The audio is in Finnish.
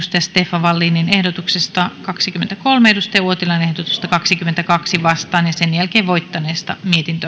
stefan wallinin ehdotuksesta kaksikymmentäkolme kari uotilan ehdotusta kahteenkymmeneenkahteen vastaan ja sen jälkeen voittaneesta